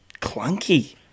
clunky